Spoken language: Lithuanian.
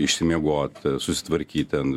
išsimiegot susitvarkyt ten